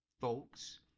folks